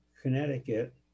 Connecticut